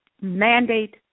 mandate